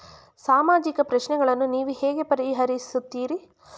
ಸಾಮಾಜಿಕ ಪ್ರಶ್ನೆಗಳನ್ನು ನೀವು ಹೇಗೆ ಪರಿಹರಿಸುತ್ತೀರಿ?